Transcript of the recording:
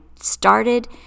started